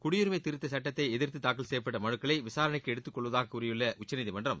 குடியுரிமை திருத்த சுட்டத்தை எதிர்த்து தாக்கல் செய்யப்பட்ட மனுக்களை விசாரணைக்கு எடுத்துக்கொள்வதாக கூறியுள்ள உச்சநீதிமன்றம்